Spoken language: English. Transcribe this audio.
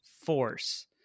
force